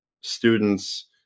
students